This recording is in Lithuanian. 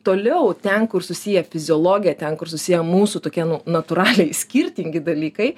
toliau ten kur susiję fiziologija ten kur susiję mūsų tokie nu natūraliai skirtingi dalykai